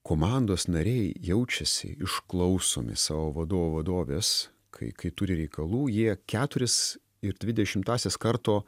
komandos nariai jaučiasi išklausomi savo vadovo vadovės kai kai turi reikalų jie keturis ir dvidešimtąsias karto